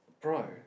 bro